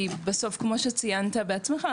כי בסוף כמו שציינת בעצמך,